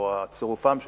צירופם של,